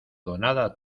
donada